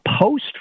post